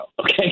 Okay